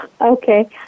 Okay